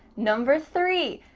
number three,